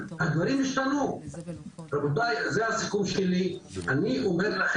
האם הוועדה הנופית, אני לא יודע מי